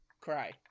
cry